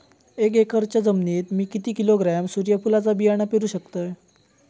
एक एकरच्या जमिनीत मी किती किलोग्रॅम सूर्यफुलचा बियाणा पेरु शकतय?